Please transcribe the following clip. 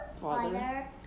Father